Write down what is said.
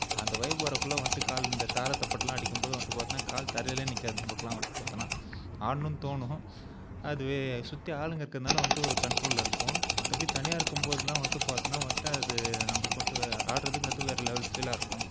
அந்த வைப் வரக்குள்ளே வந்துட்டு கால் இந்த தாரை தப்பட்டயெல்லாம் அடிக்கும்போது வந்துட்டு பார்த்தோன்னா கால் தரையிலே நிற்காது நம்மளுக்குலாம் வந்துட்டு பார்த்தோன்னா ஆடணும்னு தோணும் அதுவே சுற்றி ஆளுங்கள் இருக்கிறதுனால வந்துட்டு ஒரு கண்ட்ரோலில் இருப்போம் மற்றபடி தனியாக இருக்கும்போதெல்லாம் வந்துட்டு பார்த்தோன்னா வந்துட்டு அது நம்மளுக்கு வந்துட்டு ஆடுறதுங்கறது வேறு லெவல் ஃபீலாக இருக்கும்